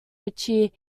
richie